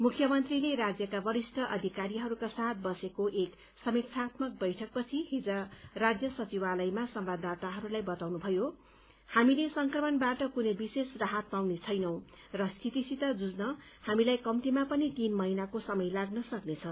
मुख्यमन्त्रीले राज्यका वरिष्ठ अधिकारीहरूका साथ बसेको एक समीक्षात्मक बैठकपछि हिज राज्य सचिवालयमा संवाददाताहरूलाई बताउनु भयो हामीले संक्रमणबाट कुनै विशेष राहत पाउने छैनौं र स्थितिसित जुझ्न हामीलाई कम्तीमा पनि तीन महीनाको समय लाग्न सक्नेछ